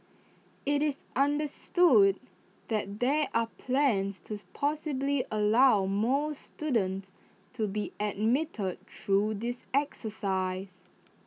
IT is understood that there are plans to possibly allow more students to be admitted through this exercise